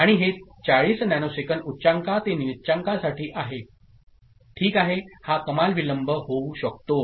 आणि हे 40 नॅनोसेकंद उच्चांका ते निच्चांकासाठी आहे ओकेहा कमाल विलंब होऊ शकतो